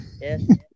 Yes